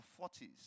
40s